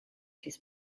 his